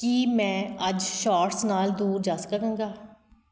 ਕੀ ਮੈਂ ਅੱਜ ਸ਼ੋਟਸ ਨਾਲ ਦੂਰ ਜਾ ਸਕਾਂਗਾ